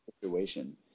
situation